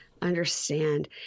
Understand